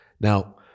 Now